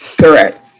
correct